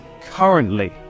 currently